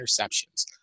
interceptions